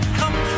come